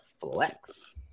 flex